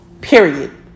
Period